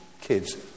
kids